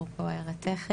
אפרופו הערתך,